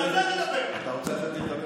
אם אתה רוצה לדבר,